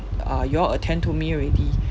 uh you all attend to me already